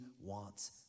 wants